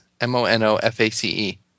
m-o-n-o-f-a-c-e